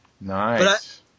Nice